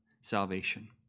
salvation